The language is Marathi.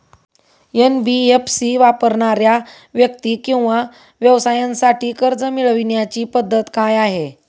एन.बी.एफ.सी वापरणाऱ्या व्यक्ती किंवा व्यवसायांसाठी कर्ज मिळविण्याची पद्धत काय आहे?